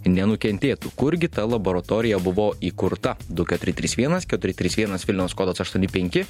nenukentėtų kurgi ta laboratorija buvo įkurta du keturi trys vienas keturi trys vienas vilniaus kodas aštuoni penki